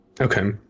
Okay